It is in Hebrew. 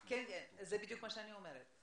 זה בדיוק מה שאני אומרת.